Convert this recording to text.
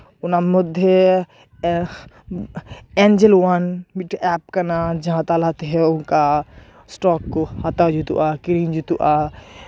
ᱟᱨ ᱚᱱᱟ ᱢᱚᱫᱽᱫᱷᱮ Angel One ᱢᱤᱫᱴᱮᱱ ᱮᱯ ᱠᱟᱱᱟ ᱡᱟᱦᱟᱸ ᱛᱟᱞᱟ ᱛᱮᱦᱚᱸ ᱚᱱᱠᱟ ᱥᱴᱚᱠ ᱠᱚ ᱦᱟᱛᱟᱣ ᱡᱩᱛᱩᱜᱼᱟ ᱠᱤᱨᱤᱧ ᱡᱩᱛᱩᱜᱼᱟ